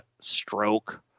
stroke